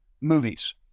movies